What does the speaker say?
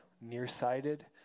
nearsighted